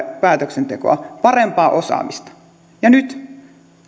päätöksentekoa parempaa osaamista ja nyt